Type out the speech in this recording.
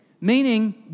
Meaning